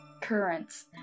Currents